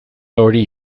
hori